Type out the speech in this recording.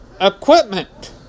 equipment